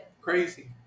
Crazy